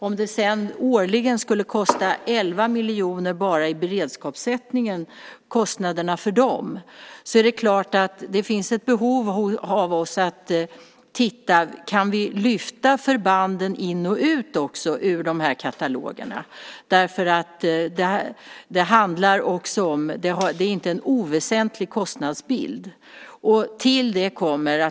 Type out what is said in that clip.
Om det årligen kostar 11 miljoner bara i beredskapssättning finns det ett behov hos oss att se om vi kan lyfta förbanden in och ut ur katalogerna. Det är en inte oväsentlig kostnadsbild.